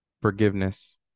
forgiveness